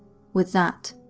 with that,